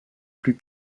plus